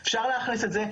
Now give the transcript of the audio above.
אפשר להכניס את זה,